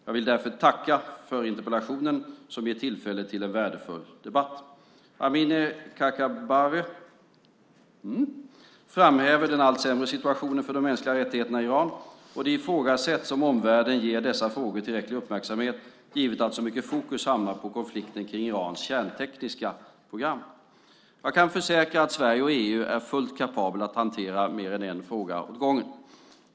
Jag vill därför tacka för interpellationen som ger tillfälle till en värdefull debatt. Amineh Kakabaveh framhäver den allt sämre situationen för de mänskliga rättigheterna i Iran och det ifrågasätts om omvärlden ger dessa frågor tillräcklig uppmärksamhet givet att så mycket fokus hamnat på konflikten kring Irans kärntekniska program. Jag kan försäkra att Sverige och EU är fullt kapabla att hantera mer än en fråga åt gången.